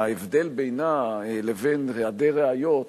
ההבדל בינה לבין היעדר ראיות,